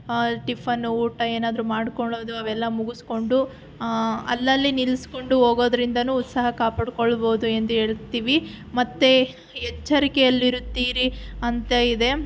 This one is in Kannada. ಟಿಫನ್ ಊಟ ಏನಾದರೂ ಮಾಡಿಕೊಳ್ಳೋದು ಅವೆಲ್ಲ ಮುಗಿಸಿಕೊಂಡು ಅಲ್ಲಲ್ಲಿ ನಿಲ್ಲಿಸ್ಕೊಂಡು ಹೋಗೋದರಿಂದಾನು ಉತ್ಸಾಹ ಕಾಪಾಡಿಕೊಳ್ಬಹುದು ಎಂದು ಹೇಳುತ್ತೀವಿ ಮತ್ತೆ ಎಚ್ಚರಿಕೆಯಲ್ಲಿರುತ್ತೀರಿ ಅಂತ ಇದೆ